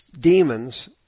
demons